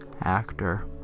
actor